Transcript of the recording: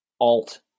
alt